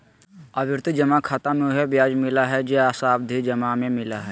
आवर्ती जमा खाता मे उहे ब्याज मिलय हइ जे सावधि जमा में मिलय हइ